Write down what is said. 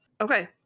Okay